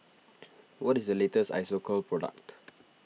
what is the latest Isocal product